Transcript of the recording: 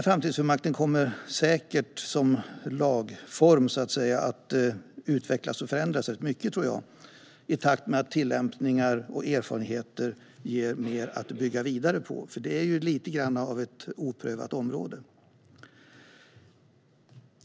Framtidsfullmakten som lagform tror jag kommer att utvecklas och förändras rätt mycket i takt med att tillämpningar och erfarenheter ger mer att bygga vidare på, för det är lite grann av ett oprövat område.